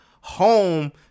home